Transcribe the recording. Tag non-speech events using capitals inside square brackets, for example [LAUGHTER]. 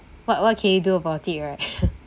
what what can you do about this right [LAUGHS]